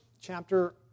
chapter